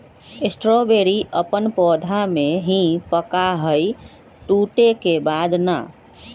strawberry अपन पौधा में ही पका हई टूटे के बाद ना